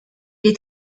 est